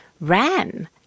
ran